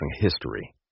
history